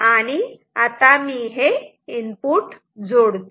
आणि आता मी हे इनपुट जोडतो